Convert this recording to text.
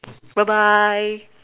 bye bye